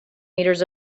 meters